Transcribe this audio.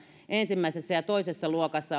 ensimmäisessä ja toisessa luokassa